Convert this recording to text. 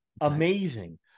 amazing